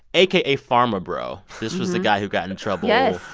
aka pharma bro. this was the guy who got into trouble. yes.